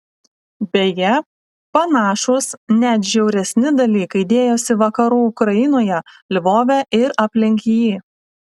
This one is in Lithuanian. beje panašūs net žiauresni dalykai dėjosi vakarų ukrainoje lvove ir aplink jį